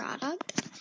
product